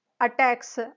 attacks